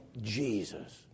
Jesus